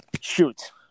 Shoot